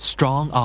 Strong